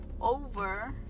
over